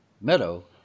meadow